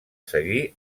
seguir